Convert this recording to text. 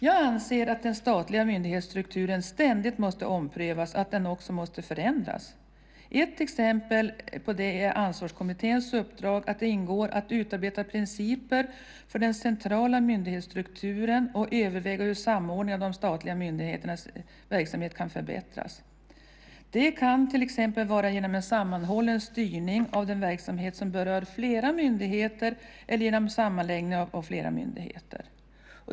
Jag anser att den statliga myndighetsstrukturen ständigt måste omprövas, och den måste också förändras. Ett exempel på detta är att det i Ansvarskommitténs uppdrag ingår att utarbeta principer för den centrala myndighetsstrukturen och överväga hur samordningen av de statliga myndigheternas verksamhet kan förbättras. Det kan till exempel ske genom en sammanhållen styrning av den verksamhet som berör flera myndigheter eller genom en sammanläggning av flera myndigheter.